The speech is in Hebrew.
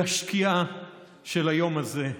לשקיעה של היום הזה,